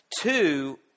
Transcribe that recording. Two